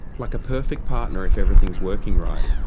like a perfect partner if everything is working right,